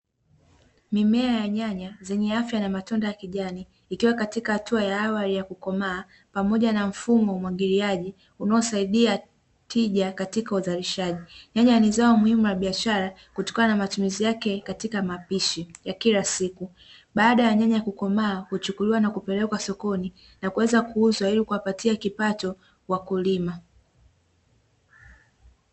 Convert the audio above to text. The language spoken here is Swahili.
Mimea ya nyanya zenye afya na matunda ya kijani, zikiwa katika hatua ya awali ya kukomaa, pamoja na mfumo wa umwagiliaji unaosaidia tija katika uzalishaji. Nyanya ni zao muhimu la biashara kutokana na matumizi yake katika mapishi ya kila siku. Baada ya nyanya kukomaa, huchukuliwa na kupelekwa sokoni, na kuweza kuuzwa ili kuwapatia kipato wakulima.